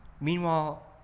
Meanwhile